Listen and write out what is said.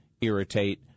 irritate